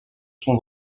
sont